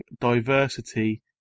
diversity